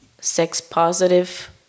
sex-positive